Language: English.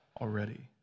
already